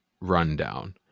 rundown